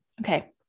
Okay